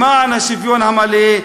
למען השוויון המלא,